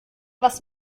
was